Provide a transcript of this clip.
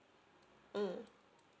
mm